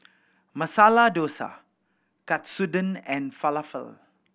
Masala Dosa Katsudon and Falafel